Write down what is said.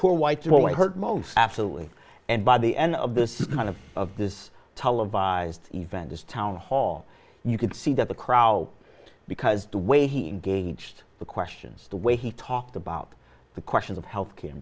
poor whites really hurt most absolutely and by the end of this kind of of this televised event this town hall you could see that the crowd because the way he engaged the questions the way he talked about the questions of health care